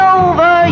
over